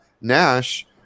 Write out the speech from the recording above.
Nash